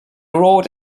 wrote